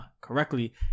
correctly